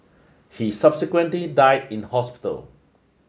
he subsequently died in hospital